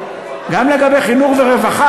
גם לגבי נושא התקציב, גם לגבי חינוך ורווחה,